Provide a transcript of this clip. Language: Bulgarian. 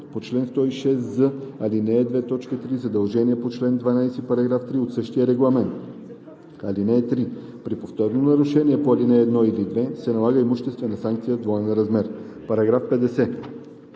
по чл. 106з, ал. 2, т. 3 задължение по чл. 12, параграф 3 от същия регламент. (3) При повторно нарушение по ал. 1 или 2 се налага имуществена санкция в двоен размер.“ По § 50